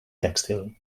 tèxtil